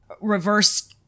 reverse